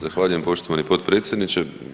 Zahvaljujem poštovani potpredsjedniče.